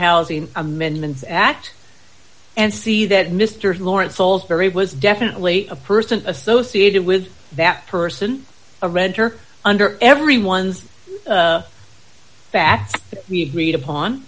housing amendments act and see that mr lawrence old barry was definitely a person associated with that person a renter under everyone's facts that we agreed upon